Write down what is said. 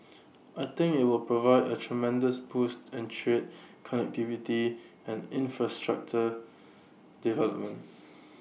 I think IT will provide A tremendous boost and trade connectivity and infrastructure development